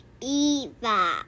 Eva